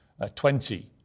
20